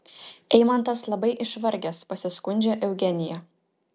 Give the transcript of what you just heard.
eimantas labai išvargęs pasiskundžia eugenija